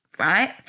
right